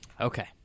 Okay